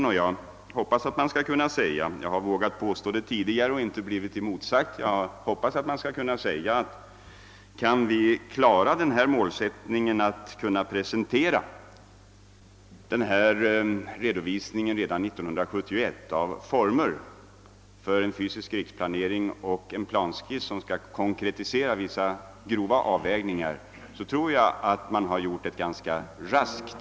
Och jag vågar påstå att om vi infriar målsättningen att presentera denna redovisning av formerna för en fysisk riksplanering redan 1971, och en planskiss som skall konkretisera vissa grova avvägningar, så har arbetet på denna punkt genomförts ganska raskt.